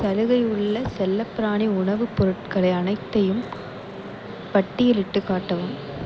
சலுகை உள்ள செல்லப்பிராணி உணவுப் பொருட்களை அனைத்தையும் பட்டியலிட்டுக் காட்டவும்